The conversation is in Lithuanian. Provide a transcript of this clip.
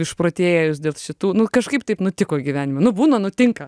išprotėję jūs dėl šitų nu kažkaip taip nutiko gyvenime nu būna nutinka